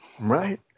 Right